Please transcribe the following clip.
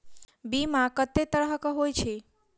बीमा कत्तेक तरह कऽ होइत छी?